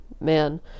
Man